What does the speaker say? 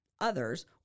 others